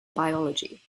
biology